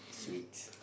sweets